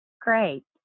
Great